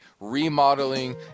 remodeling